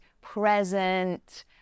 present